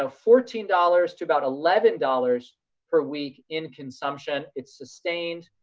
ah fourteen dollars to about eleven dollars per week in consumption, it's sustained.